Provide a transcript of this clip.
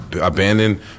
abandoned